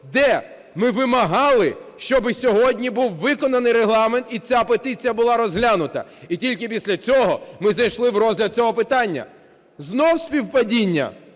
де ми вимагали, щоби сьогодні був виконаний Регламент і ця петиція була розглянута. І тільки після цього ми зайшли в розгляд цього питання. Знову співпадіння?